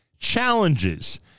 Challenges